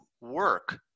work